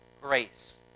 Grace